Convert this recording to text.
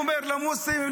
אומר למוסלמים,